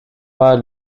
pas